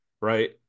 right